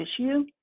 issue